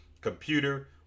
computer